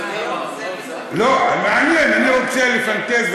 אני שואל.